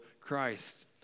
Christ